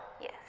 yes